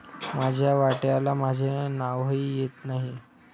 माझ्या वाट्याला माझे नावही येत नाही